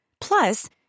Plus